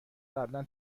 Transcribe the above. قبلا